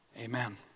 Amen